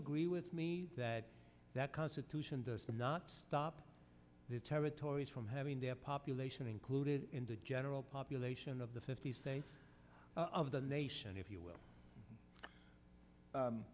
agree with me that that constitution does not stop the territories from having their population included in the general population of the fifty states of the nation if you will